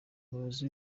umuyobozi